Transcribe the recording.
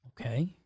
Okay